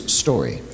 story